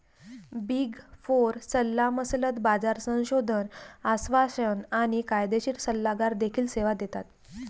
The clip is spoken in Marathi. बिग फोर सल्लामसलत, बाजार संशोधन, आश्वासन आणि कायदेशीर सल्लागार देखील सेवा देतात